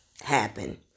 happen